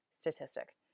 statistic